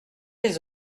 les